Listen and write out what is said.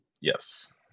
Yes